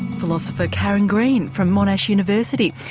philosopher karen green from monash university.